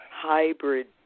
hybrid